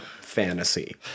fantasy